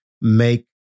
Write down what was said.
make